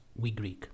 wegreek